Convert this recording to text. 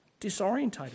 disorientated